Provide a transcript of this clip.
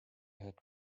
had